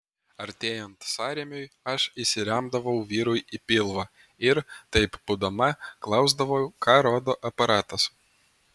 artėjant sąrėmiui aš įsiremdavau vyrui į pilvą ir taip būdama klausdavau ką rodo aparatas